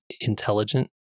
intelligent